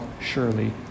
surely